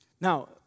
Now